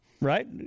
Right